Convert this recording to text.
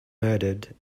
murdered